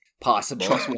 possible